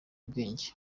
ubwenge